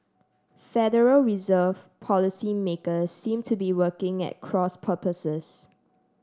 Federal Reserve policymakers seem to be working at cross purposes